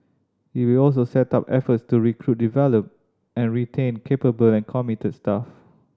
it will also step up efforts to recruit develop and retain capable and committed staff